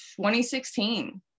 2016